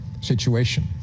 situation